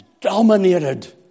dominated